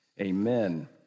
Amen